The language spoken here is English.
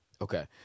Okay